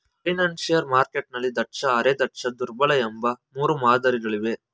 financial ಮಾರ್ಕೆಟ್ನಲ್ಲಿ ದಕ್ಷ, ಅರೆ ದಕ್ಷ, ದುರ್ಬಲ ಎಂಬ ಮೂರು ಮಾದರಿ ಗಳಿವೆ